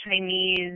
Chinese